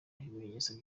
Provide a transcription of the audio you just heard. ibimenyetso